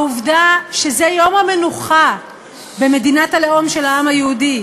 העובדה שזה יום המנוחה במדינת הלאום של העם היהודי,